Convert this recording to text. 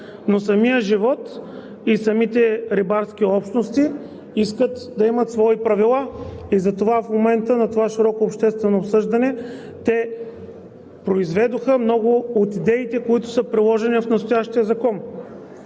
Но самият живот и самите рибарски общности искат да имат свои правила и затова в момента на това широко обществено обсъждане те произведоха много от идеите, които са приложени в настоящия закон.